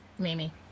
Mimi